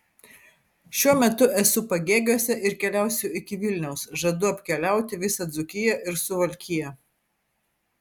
šiuo metu esu pagėgiuose ir keliausiu iki vilniaus žadu apkeliauti visą dzūkiją ir suvalkiją